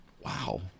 Wow